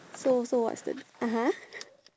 so so what's the (uh huh)